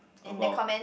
about